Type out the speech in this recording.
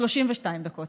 32 דקות,